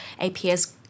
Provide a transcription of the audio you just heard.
APS